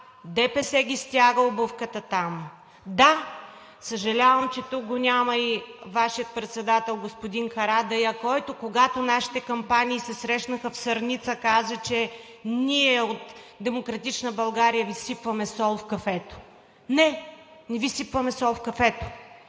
ДПС ги стяга обувката там. Да, съжалявам, че тук го няма и Вашият председател господин Карадайъ, който, когато нашите кампании се срещнаха в Сърница, каза, че ние от „Демократична България“ Ви сипваме сол в кафето. Не, не Ви сипваме сол в кафето.